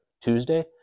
Tuesday